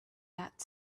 that